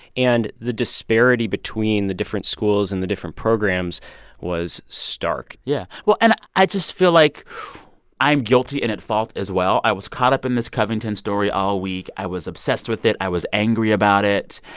and the disparity between the different schools and the different programs was stark yeah. well, and i just feel like i'm guilty and at fault, as well. i was caught up in this covington story all week. i was obsessed with it. i was angry about it.